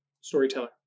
storyteller